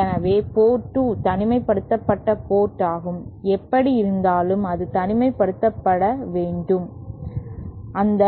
எனவே போர்ட் 2 தனிமைப்படுத்தப்பட்ட போர்ட் ஆகும் எப்படியிருந்தாலும் அது தனிமைப்படுத்தப்பட வேண்டும் அந்த